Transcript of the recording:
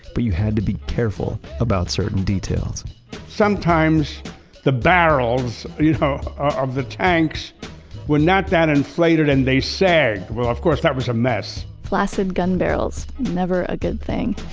but you had to be careful about certain details sometimes the barrels you know of the tanks were not that inflated and they sagged. well, of course, that was a mess flacid gun barrels, never a good thing.